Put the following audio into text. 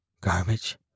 Garbage